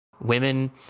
women